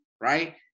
right